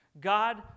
God